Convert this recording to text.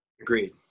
Agreed